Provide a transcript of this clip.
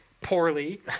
poorly